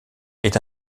est